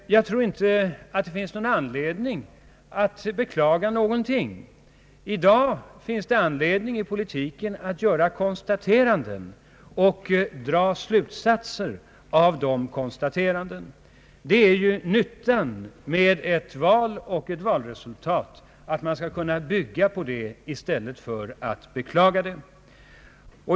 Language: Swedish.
Jag tror inte att det finns någon anledning att beklaga någonting. I dag finns det anledning att i politiken göra konstateranden och dra slutsatser av dessa konstateranden. Nyttan med ett val och ett valresultat är ju att man skall kunna bygga på det i stället för att beklaga det.